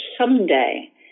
someday